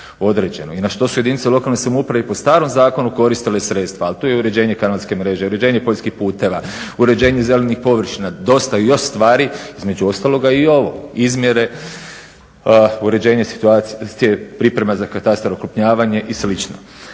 i na što su jedinice lokalne samouprave i po starom zakonu koristile sredstva. Ali, tu je i uređenje kanalske mreže, uređenje poljskih puteva, uređenje zelenih površina, dosta još stvari. Između ostaloga i ovo izmjere, uređenje i priprema za katastar, okrupnjavanje i